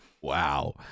Wow